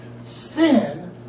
Sin